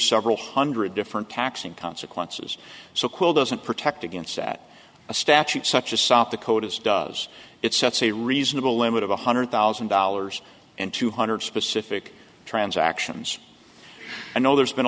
several hundred different taxing consequences so cool doesn't protect against that a statute such as sop the code is does it sets a reasonable limit of one hundred thousand dollars and two hundred specific transactions i know there's been a